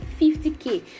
50K